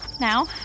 now